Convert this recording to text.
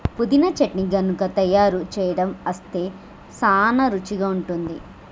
పుదీనా చట్నీ గనుక తయారు సేయడం అస్తే సానా రుచిగా ఉంటుంది